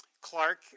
Clark